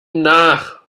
nach